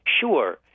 Sure